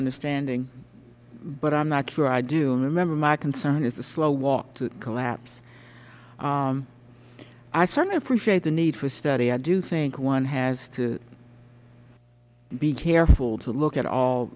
understanding but i am not sure i do remember my concern is the slow walk to collapse i certainly appreciate the need for study i do think one has to be careful to look at all